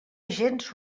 gens